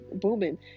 booming